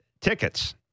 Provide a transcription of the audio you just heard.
tickets